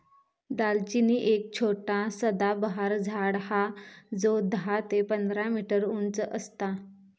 दालचिनी एक छोटा सदाबहार झाड हा जो दहा ते पंधरा मीटर उंच असता